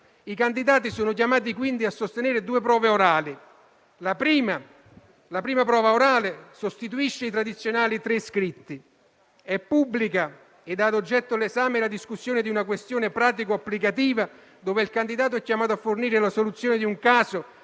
I candidati sono chiamati quindi a sostenere due prove orali. La prima prova orale sostituisce i tradizionali tre scritti, è pubblica e ha ad oggetto la discussione di una questione pratico-applicativa, dove il candidato è chiamato a fornire la soluzione di un caso